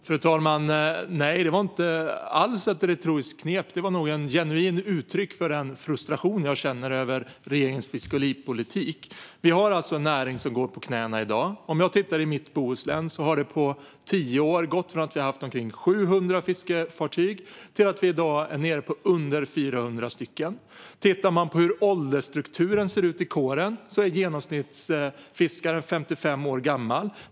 Fru talman! Nej, det var inte alls ett retoriskt knep. Det var ett genuint uttryck för den frustration jag känner över regeringens fiskeripolitik. Vi har alltså en näring som går på knäna i dag. I mitt Bohuslän har det på tio år gått från att vi har haft omkring 700 fiskefartyg till att vi i dag är nere på mindre än 400. När det gäller åldersstrukturen i kåren är genomsnittsfiskaren 55 år gammal.